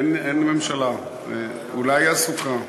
אין ממשלה, אולי היא עסוקה.